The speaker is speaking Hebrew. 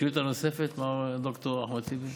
שאילתה נוספת, מר ד"ר אחמד טיבי?